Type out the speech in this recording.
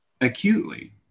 acutely